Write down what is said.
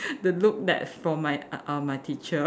the look that's from my uh uh my teacher